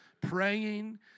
praying